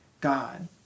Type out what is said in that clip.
God